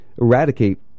eradicate